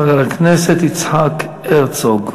חבר הכנסת יצחק הרצוג.